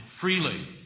freely